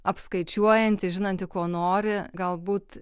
apskaičiuojanti žinanti ko nori galbūt